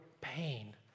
pain